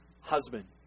husband